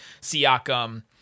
siakam